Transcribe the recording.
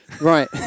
Right